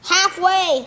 Halfway